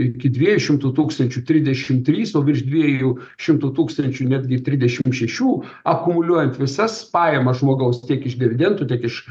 iki dviejų šimtų tūkstančių trisdešim trys o virš dviejų šimtų tūkstančių netgi trisdešim šešių akumuliuojant visas pajamas žmogaus tiek iš dividendų tiek iš